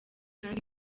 kandi